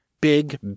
Big